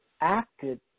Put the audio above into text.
acted